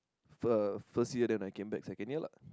first first year then I came back second year lah